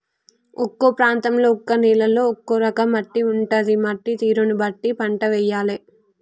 ఒక్కో ప్రాంతంలో ఒక్కో నేలలో ఒక్కో రకం మట్టి ఉంటది, మట్టి తీరును బట్టి పంట వేయాలే